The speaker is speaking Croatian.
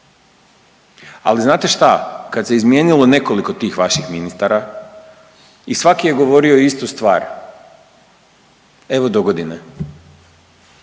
Ali znate šta, kad se izmijenilo nekoliko tih vaših ministara i svaki je govorio istu stvar evo dogodine,